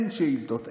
אין שאילתות,